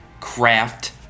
Craft